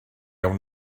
awn